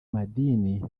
madini